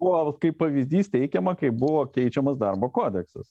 buvo kaip pavyzdys teikiama kai buvo keičiamas darbo kodeksas